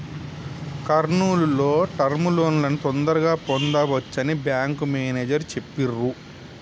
కర్నూల్ లో టర్మ్ లోన్లను తొందరగా పొందవచ్చని బ్యేంకు మేనేజరు చెప్పిర్రు